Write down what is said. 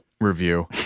review